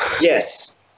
Yes